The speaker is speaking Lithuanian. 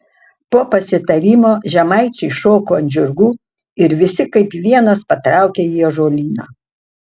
po pasitarimo žemaičiai šoko ant žirgų ir visi kaip vienas patraukė į ąžuolyną